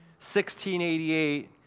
1688